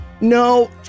no